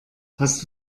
hast